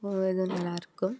அதுவும் நல்லாயிருக்கும்